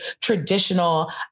traditional